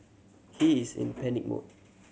he is in panic mode